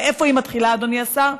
ואיפה היא מתחילה, אדוני השר?